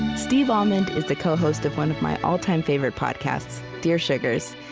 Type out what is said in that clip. steve almond is the co-host of one of my all-time favorite podcasts, dear sugars.